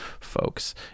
folks